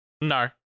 No